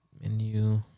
Menu